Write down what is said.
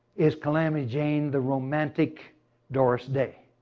is calamity jane the romantic doris day?